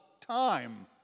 time